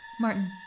Martin